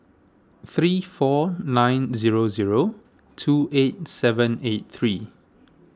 three four nine zero zero two eight seven eight three